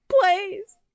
Please